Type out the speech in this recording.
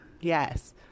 Yes